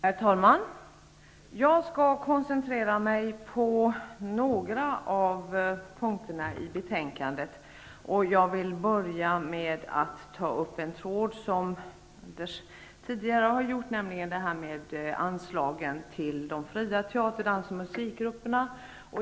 Herr talman! Jag skall koncentrera mig på några av punkterna i betänkandet. Jag vill börja med att ta upp den tråd som Anders Nilsson tidigare tog upp, nämligen den som gäller anslagen till de fria teater-, dans och musikgrupperna.